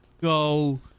go